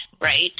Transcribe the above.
right